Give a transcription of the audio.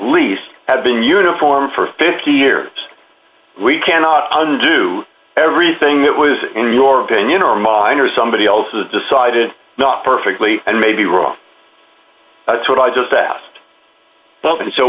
least have been uniform for fifty years we cannot under everything that was in your opinion or mine or somebody else's decided not perfectly and may be wrong that's what i just asked well and so